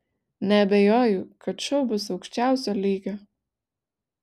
neabejoju kad šou bus aukščiausio lygio